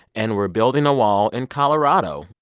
and we're building a wall in colorado.